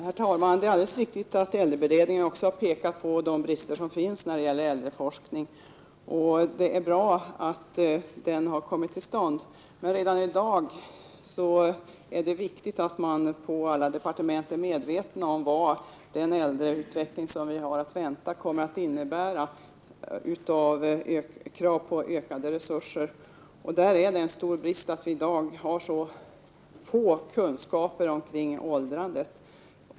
Herr talman! Det är alldeles riktigt att äldreberedningen har pekat på de brister som finns när det gäller äldreforskningen. Det är bra att den har kommit till stånd. Men redan i dag är det viktigt att man på alla departement är medveten om vad den äldreutveckling som vi har att vänta kommer att innebära i form av krav på ökade resurser. Där är det en stor brist att vi i dag har så små kunskaper om åldrandet.